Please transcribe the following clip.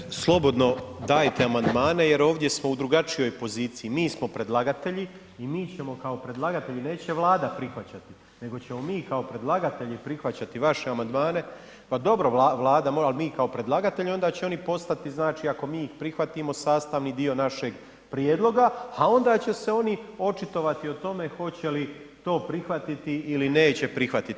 Dakle, slobodno dajte amandmane jer ovdje smo u drugačijoj poziciji, mi smo predlagatelji i mi ćemo kao predlagatelji, neće Vlada prihvaćati, nego ćemo mi kao predlagatelji prihvaćati vaše amandmane, pa dobro Vlada, al mi kao predlagatelji, onda će oni postati, znači, ako mi prihvatimo sastavni dio našeg prijedloga, a onda će se oni očitovati o tome hoće li to prihvatiti ili neće prihvatiti.